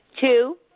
Two